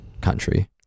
country